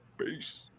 peace